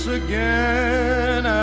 again